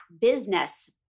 business